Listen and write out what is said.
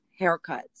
haircuts